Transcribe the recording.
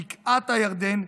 בקעת הירדן,